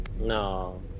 No